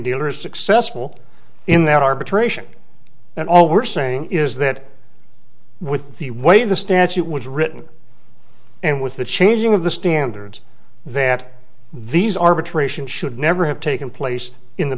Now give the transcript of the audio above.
dealer is successful in that arbitration and all we're saying is that with the way the statute was written and with the changing of the standards that these arbitration should never have taken place in the